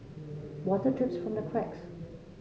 water drips from the cracks